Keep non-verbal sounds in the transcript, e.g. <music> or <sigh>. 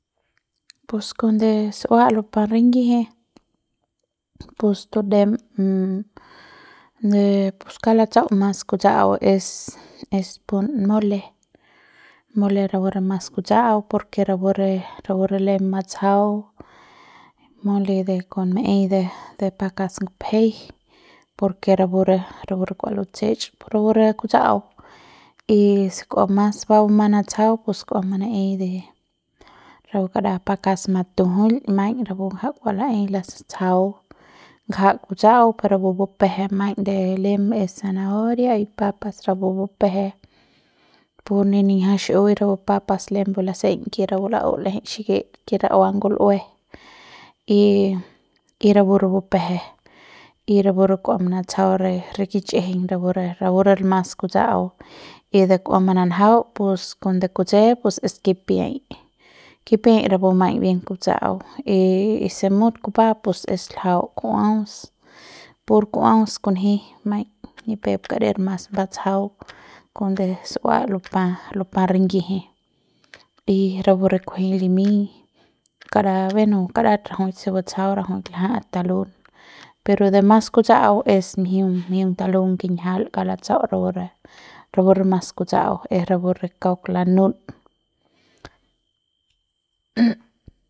<noise> pus konde su'ua lupa ringji pus tudem de pus kauk latsau mas kutsa'au es es pun mole mole rapu re mas kutsa'au por ke rapu rapu re lem matsjau mole kon maei de pakas ngupjei por ke rapu re kua lutsech por rapu re kutsa'au y si kua mas bumang natsjau pus kua manaei de rapu kara pakas matu'jul maiñ rapu ngja kua laei latsjau ngja ktsa'au pe rapu bupje maiñ de lem maiñ zanahoria y papas rapu bupje pu ne niñja xi'iui pu papas lembe laseiñ ke rapu la'u l'eje xiki ke ra'ua ngul'ue y y rapu re bupje y rapu re kua manatsjau re re kich'ijiñ rapu re rapu re mas kutsa'au y de kua mananjau pus cuando kutse pus es kipiai, kipiai rapu maiñ bien ktsa'au y y si mut kupa es ljau ku'uaus pus ku'uaus kunji maiñ <noise> ni pep <noise> kader <noise> mas batsjau <noise> cuando su'ua <noise> lupa lupa ringji y rapu re kunji limiñ kara bueno karat rajuik se batsjau rajuik lja'at talun pero de mas kutsa'au es mjiung, mjiung talung kinjial kalatsau rapu re mas kutsa'au es rapu re kauk lanun. <noise>